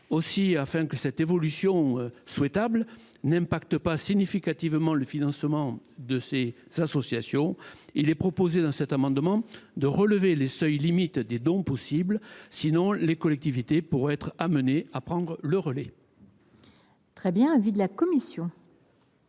Aussi, afin que cette évolution, souhaitable, n’affecte pas significativement le financement de ces associations, il est proposé, dans cet amendement, de relever les seuils limites des dons possibles, faute de quoi les collectivités pourraient être amenées à prendre le relais. Quel est l’avis de la commission